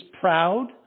proud